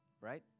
right